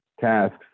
tasks